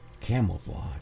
camouflage